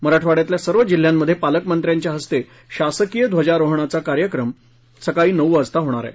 मराठवाङ्यातल्या सर्व जिल्ह्यांमध्ये पालकमंत्र्याच्या हस्ते शासकीय ध्वजारोहणाचा कार्यक्रम सकाळी नऊ वाजता होणार आहे